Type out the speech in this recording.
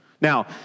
Now